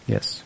Yes